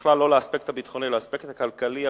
בכלל לא לאספקט הביטחוני אלא לאספקט הכלכלי הפיתוחי.